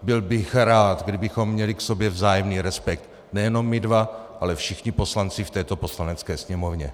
Byl bych rád, kdybychom měli k sobě vzájemný respekt nejenom my dva, ale všichni poslanci v této Poslanecké sněmovně.